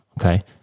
okay